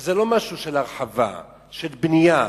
שזה לא משהו של הרחבה של הבנייה.